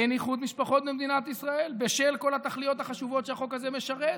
אין איחוד משפחות במדינת ישראל בשל כל התכליות החשובות שהחוק הזה משרת,